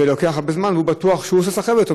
והוא בטוח שהוא עושה סחבת.